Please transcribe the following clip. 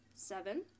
seven